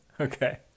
okay